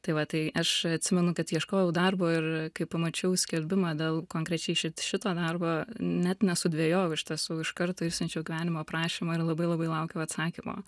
tai va tai aš atsimenu kad ieškojau darbo ir kai pamačiau skelbimą dėl konkrečiai šito darbo net nesudvejojau iš tiesų iš karto išsiunčiau gyvenimo aprašymą ir labai labai laukiau atsakymo